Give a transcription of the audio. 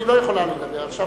היא לא יכולה לדבר עכשיו,